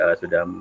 sudah